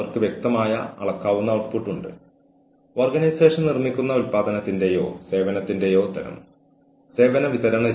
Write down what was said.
പക്ഷേ വ്യക്തമായും വളരെ അസ്വാസ്ഥ്യമുള്ള ഈ വ്യക്തിയുടെ വീക്ഷണകോണിൽ നിന്ന് കാര്യങ്ങൾ കാണാൻ ശ്രമിക്കാനും ഇത് സഹായിക്കുന്നു